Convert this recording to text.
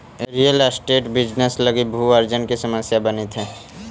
real estate business लगी भू अर्जन के समस्या बनित हई